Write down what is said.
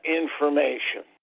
information